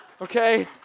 okay